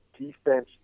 defense